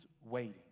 waiting